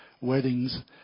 weddings